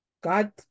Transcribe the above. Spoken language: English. God